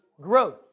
growth